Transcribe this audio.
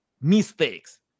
mistakes